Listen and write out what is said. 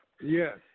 Yes